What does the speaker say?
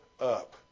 up